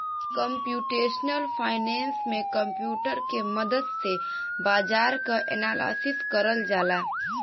computational finance में computer के मदद से बाजार क एनालिसिस करल जाला